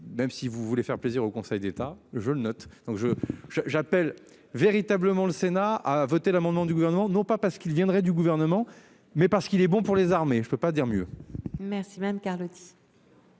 Même si vous voulez faire plaisir au Conseil d'État, je le note donc je je j'appelle véritablement le Sénat a voté l'amendement du gouvernement, non pas parce qu'il viendrait du gouvernement mais parce qu'il est bon pour les armées. Je ne peux pas dire mieux. Merci Madame Carlotti.